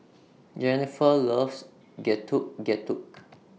Jenifer loves Getuk Getuk